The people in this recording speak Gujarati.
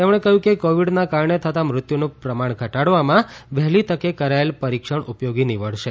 તેમણે કહ્યું કે કોવિડના કારણે થતાં મૃત્યુનું પ્રમાણ ઘટાડવામાં વહેલી તકે કરાયેલ પરીક્ષણ ઉપયોગી નીવડશે